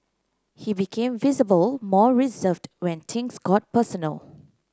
he became visible more reserved when things got personal